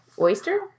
oyster